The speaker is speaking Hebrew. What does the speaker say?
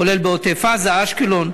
כולל בעוטף-עזה ובאשקלון,